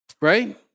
Right